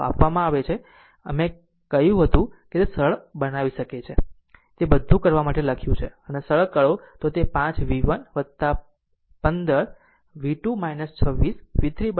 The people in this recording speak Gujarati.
આમ જે રીતે મેં હમણાં કહ્યું તે રીતે સરળ બનાવી શકે છે મેં તે બધું કરવા માટે લખ્યું છે અને સરળ કરો તે 5 v1 15 v2 26 v3 120 હશે આ સમીકરણ 3 છે